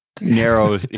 narrow